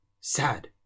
sad